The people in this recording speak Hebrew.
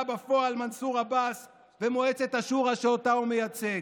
בפועל מנסור עבאס ומועצת השורא שאותה הוא מייצג.